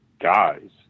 guys